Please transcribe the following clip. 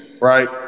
right